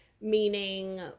Meaning